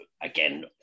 again